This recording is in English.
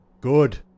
Good